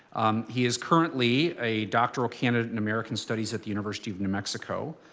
um he is currently a doctoral candidate in american studies at the university of new mexico.